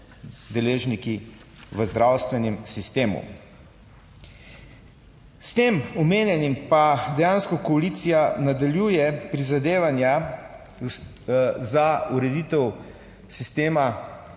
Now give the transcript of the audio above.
deležniki v zdravstvenem sistemu. S tem omenjenim pa dejansko koalicija nadaljuje prizadevanja za ureditev sistema